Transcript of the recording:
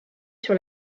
sur